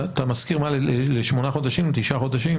אתה שוכר לשמונה-תשעה חודשים?